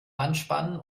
anspannen